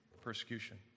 persecution